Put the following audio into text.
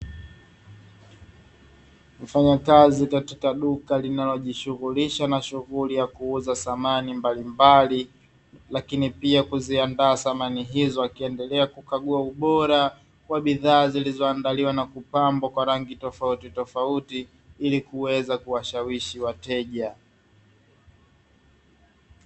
Mfanyakazi katika duka linalojishughulisha na shughuli ya kuuza samani mbalimbali lakini pia kuziandaa samani hizo, akiendelea kukagua ubora wa bidhaa zilizoandaliwa na kupambwa kwa rangi tofautitofauti, ili kuweza kuwashawishi wateja.